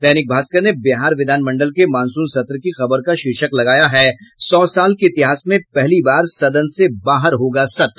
दैनिक भास्कर ने बिहार विधानमंडल के मॉनसून सत्र की खबर का शीर्षक लगाया है सौ साल के इतिहास में पहली बार सदन से बाहर होगा सत्र